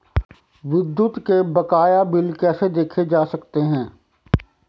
विद्युत के बकाया बिल कैसे देखे जा सकते हैं?